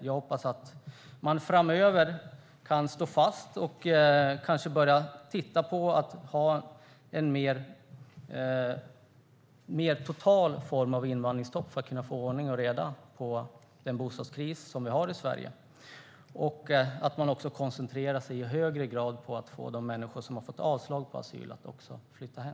Jag hoppas att man framöver kan börja titta på en mer total form av invandringsstopp för att kunna vända den bostadskris vi har i Sverige och att man i högre grad koncentrerar sig på att få de människor som har fått avslag på sina asylansökningar att flytta hem.